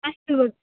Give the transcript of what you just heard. अस्तु